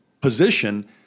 position